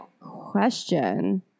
question